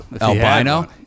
albino